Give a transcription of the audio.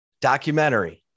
documentary